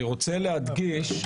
אני רוצה להדגיש,